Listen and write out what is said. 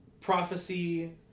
prophecy